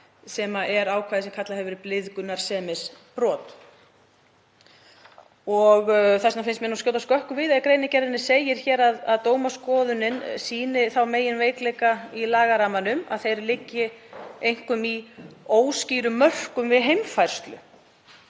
sem er ákvæðið sem kallað hefur verið blygðunarsemisbrot. Þess vegna finnst mér skjóta skökku við að í greinargerðinni segi að dómaskoðunin sýni þá meginveikleika í lagarammanum að þeir liggi einkum í óskýrum mörkum við heimfærslu